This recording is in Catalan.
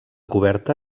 coberta